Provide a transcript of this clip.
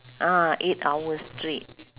ah eight hours straight